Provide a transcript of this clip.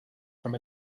from